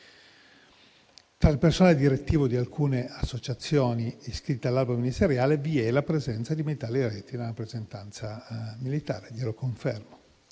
Tra il personale direttivo di alcune associazioni iscritte all'albo ministeriale vi è la presenza di militari eletti nella rappresentanza militare, e glielo confermo.